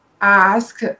ask